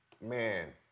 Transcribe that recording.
man